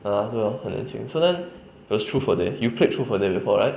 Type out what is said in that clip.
!huh! 对 lor 很年轻 so then it was truth or dare you played truth or dare before right